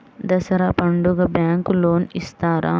దసరా పండుగ bank loan ఇస్తారా?